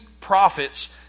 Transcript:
prophets